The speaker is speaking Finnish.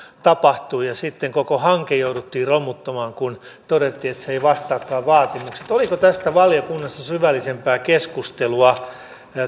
tapahtui ja sitten koko hanke jouduttiin romuttamaan kun todettiin että se ei vastaakaan vaatimuksia oliko tästä valiokunnassa syvällisempää keskustelua